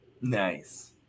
Nice